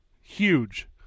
huge